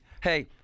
Hey